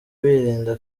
wirinda